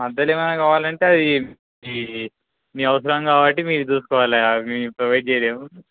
మధ్యలో ఏమైనా కావాలంటే అది మీ అవసరం కాబట్టి మీరు చూసుకోవాలి మేము ప్రొవైడ్ చేయలేము